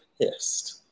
pissed